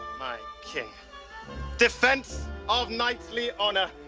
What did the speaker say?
my king defense of knightly honor.